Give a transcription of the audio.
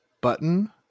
Button